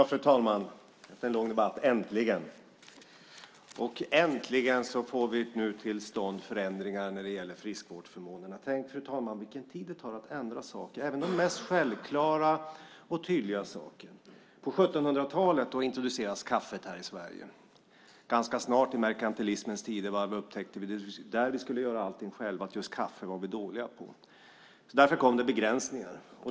Fru talman! Efter en lång debatt: Äntligen! Äntligen får vi nu till stånd förändringar när det gäller friskvårdsförmånerna. Tänk, fru talman, vilken tid det tar att ändra saker, även de mest självklara och tydliga saker. På 1700-talet introducerades kaffet här i Sverige. Ganska snart, i merkantilismens tider när vi skulle göra allting själva, upptäckte vi att just kaffe var vi dåliga på. Därför kom det begränsningar.